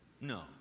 No